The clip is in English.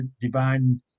divine